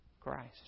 Christ